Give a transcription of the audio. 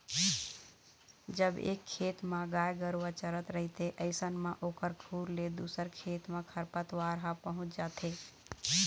जब एक खेत म गाय गरुवा चरत रहिथे अइसन म ओखर खुर ले दूसर खेत म खरपतवार ह पहुँच जाथे